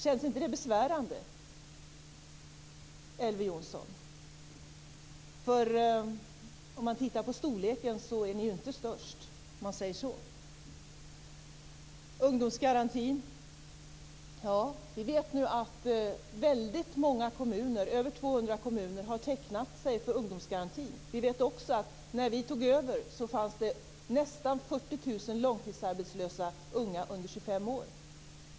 Känns inte det besvärande, Elver Jonsson? Storleksmässigt är ni inte störst. Ungdomsgarantin: Vi vet att över 200 kommuner har tecknat sig för ungdomsgarantin. Vi vet också att när vi tog över fanns det nästan 40 000 långtidsarbetslösa unga under 25 år.